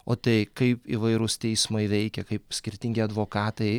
o tai kaip įvairūs teismai veikia kaip skirtingi advokatai